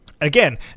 again